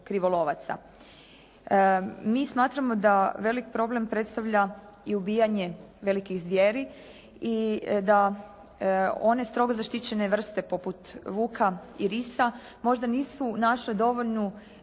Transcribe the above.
Mi smatramo da velik problem predstavlja i ubijanje velikih zvijeri i da one strogo zaštićene vrste poput vuka i risa možda nisu našle dovoljnu zaštitu